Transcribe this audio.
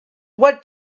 what